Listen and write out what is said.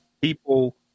people